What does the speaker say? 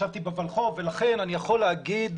ישבתי ב-ולחו"ב ולכן אני יכול להגיד